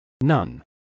None